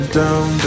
down